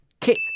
Kit